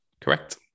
Correct